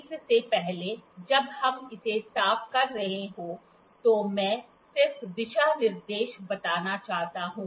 इससे पहले जब हम इसे साफ कर रहे हों तो मैं सिर्फ दिशानिर्देश बताना चाहता हूं